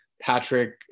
Patrick